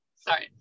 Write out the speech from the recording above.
Sorry